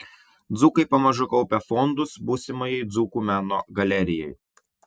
dzūkai pamažu kaupia fondus būsimajai dzūkų meno galerijai